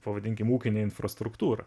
pavadinkim ūkinę infrastruktūrą